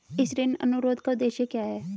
इस ऋण अनुरोध का उद्देश्य क्या है?